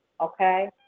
Okay